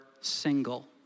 single